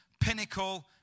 pinnacle